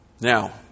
Now